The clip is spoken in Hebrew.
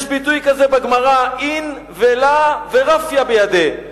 יש ביטוי כזה בגמרא: אין ולאו ורפיא בידיה,